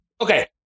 Okay